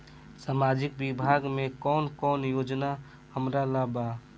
सामाजिक विभाग मे कौन कौन योजना हमरा ला बा?